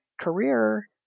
career